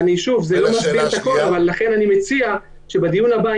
לכן אני מציע שבדיון הבא,